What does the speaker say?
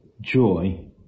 joy